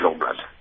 blood